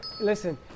Listen